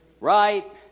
Right